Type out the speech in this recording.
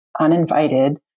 uninvited